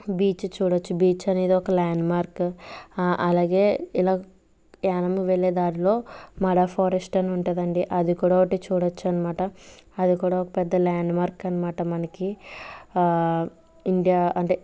beach చూడొచ్చు beach అనేది ఒక ల్యాండ్ మార్క్ అలాగే ఇలా యానం వెళ్ళే దారిలో మాడ ఫరేస్ట్ అని ఉంటుందండి అది కూడా ఒకటి చూడొచ్చనమాట అది కూడా ఒక పెద్ద ల్యాండ్ మార్క్ అనమాట మనకి ఇండియా అంటే